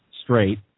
straight